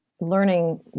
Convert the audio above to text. learning